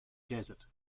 desert